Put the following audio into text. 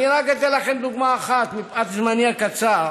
אני רק אתן לכם דוגמה אחת, מפאת זמני הקצר.